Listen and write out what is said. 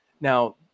Now